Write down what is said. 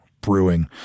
brewing